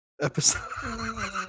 Episode